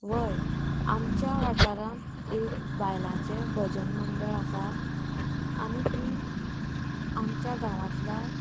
व्हय आमच्या वाठारांत एक बायलांचें भजन मंडळ आसा आनी तीं आमच्या गांवांतल्या